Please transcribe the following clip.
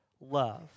love